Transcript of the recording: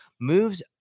moves